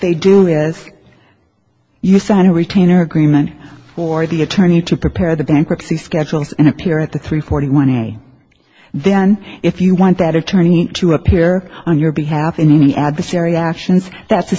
they do is you sign a retainer agreement for the attorney to prepare the bankruptcy schedules and appear at the three forty money then if you want that attorney to appear on your behalf in any adversary actions